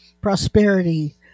prosperity